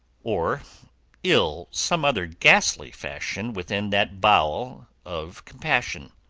or ill some other ghastly fashion within that bowel of compassion.